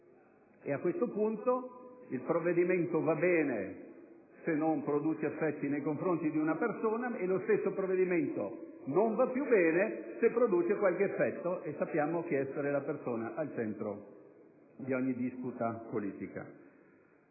A questo punto, il provvedimento va bene se non produce effetti nei confronti di una persona, ma non va più bene se produce qualche effetto (e sappiamo chi è la persona al centro di ogni disputa politica).